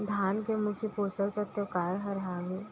धान के मुख्य पोसक तत्व काय हर हावे?